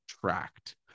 tracked